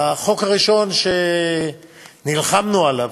החוק הראשון שנלחמנו עליו,